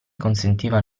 consentiva